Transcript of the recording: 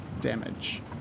damage